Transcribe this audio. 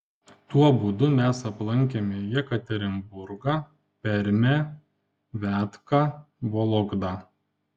tuo būdu mes aplankėme jekaterinburgą permę viatką vologdą